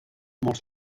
molts